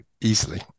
easily